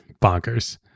Bonkers